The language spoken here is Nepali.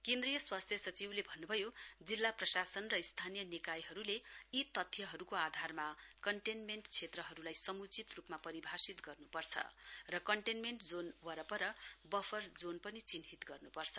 केन्द्रीय स्वास्थ्य सचिवले भन्नु भयो जिल्ला प्रशासन र स्थानीय निकायहरूले यी तथ्यहरूको आधारमा कन्टेनमेन्ट क्षेत्रहरूलाई समुचित रूपमा परिभाषित गर्न पर्छ र कन्टेनमेन्ट जोन वरपर वफर जोन पनि चिन्हित गर्नुपर्छ